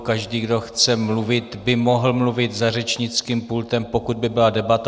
Každý, kdo chce mluvit, by mohl mluvit za řečnickým pultem, pokud by byla debata.